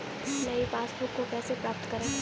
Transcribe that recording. नई पासबुक को कैसे प्राप्त करें?